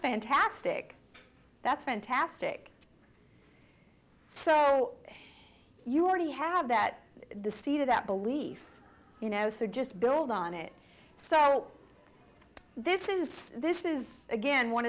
fantastic that's fantastic so you already have that the seed of that belief you know so just build on it so this is this is again one